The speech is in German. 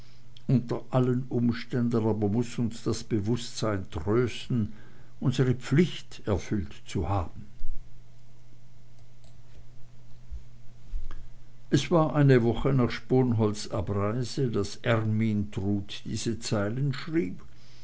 unter allen umständen aber muß uns das bewußtsein trösten unsre pflicht erfüllt zu haben es war eine woche nach sponholz abreise daß ermyntrud diese zeilen schrieb